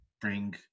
bring